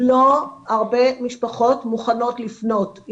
לא הרבה משפחות מוכנות לפנות.